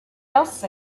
else